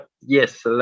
yes